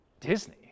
Disney